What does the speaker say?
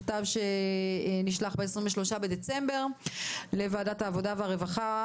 נשלח מכתב ב-23 בדצמבר 2021 לוועדת העבודה והרווחה,